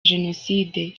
jenoside